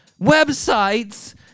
websites